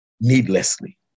needlessly